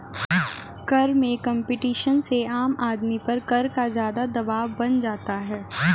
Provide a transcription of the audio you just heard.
कर में कम्पटीशन से आम आदमी पर कर का ज़्यादा दवाब बन जाता है